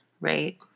right